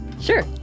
Sure